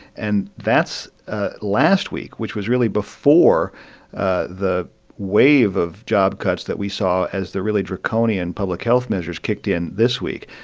and that's ah last week, which was really before ah the wave of job cuts that we saw as the really draconian public health measures kicked in this week.